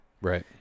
Right